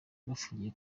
bafungiye